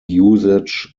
usage